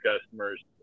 customers